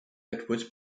edwards